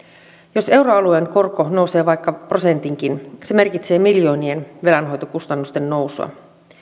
jos euroalueen korko nousee vaikka prosentinkin se merkitsee miljoonien velanhoitokustannusten nousua